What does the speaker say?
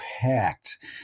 packed